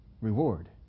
reward